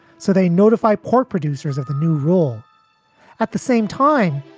so they notify pork producers of the new rule at the same time.